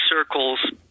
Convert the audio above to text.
circles